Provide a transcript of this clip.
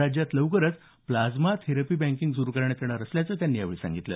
राज्यात लवकरच plasma therapy banking सुरु करण्यात येणार असल्याचं त्यांनी यावेळी सांगितलं